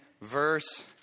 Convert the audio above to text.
verse